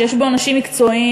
שיש בו אנשים מקצועיים,